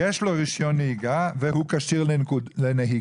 אומר: יש לו רישיון נהיגה והוא כשיר לנהיגה.